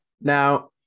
Now